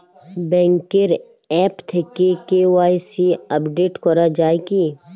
ব্যাঙ্কের আ্যপ থেকে KYC update করা যায় কি?